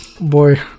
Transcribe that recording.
Boy